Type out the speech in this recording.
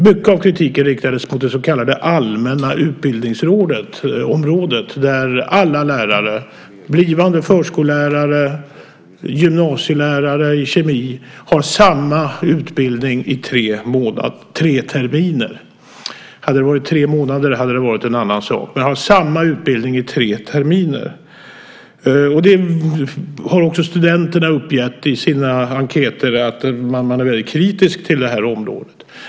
Mycket av kritiken riktades mot det så kallade allmänna utbildningsområdet där alla lärare, blivande förskollärare och gymnasielärare i kemi, har samma utbildning i tre terminer - jag höll på att säga tre månader, men tre månader hade varit en annan sak. De har alltså samma utbildning i tre terminer. Också studenterna har i sina enkätsvar uppgett att de är väldigt kritiska till det här området.